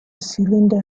cylinder